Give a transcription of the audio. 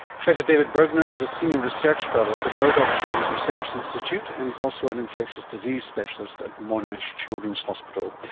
professor david burgner is a senior research fellow at the murdoch children's research institute, and he is also an infectious disease specialist at monash children's hospital.